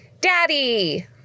daddy